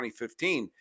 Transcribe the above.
2015